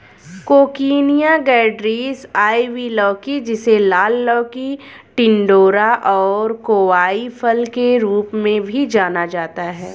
coccinia grandis, ivy लौकी, जिसे लाल लौकी, टिंडोरा और कोवाई फल के रूप में भी जाना जाता है